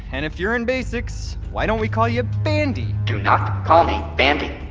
and if you're in basics, why don't we call you bandi? do not call me bandi.